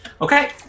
Okay